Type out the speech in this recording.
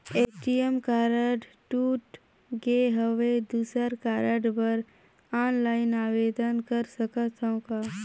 ATM card टूट गे हववं दुसर कारड बर ऑनलाइन आवेदन कर सकथव का?